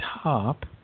top